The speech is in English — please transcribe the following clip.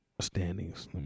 standings